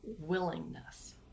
willingness